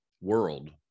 world